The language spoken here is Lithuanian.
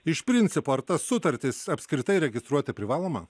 iš principo ar tas sutartis apskritai registruoti privaloma